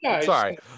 Sorry